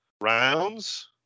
rounds